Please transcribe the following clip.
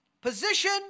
position